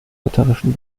lutherischen